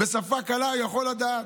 ובשפה קלה הוא יכול לדעת.